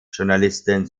journalisten